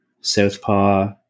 Southpaw